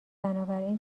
بنابراین